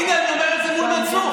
הינה, אני אומר את זה מול מנסור.